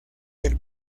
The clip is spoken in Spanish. del